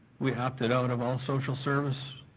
we opted out of all social service